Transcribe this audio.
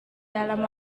dalam